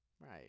Right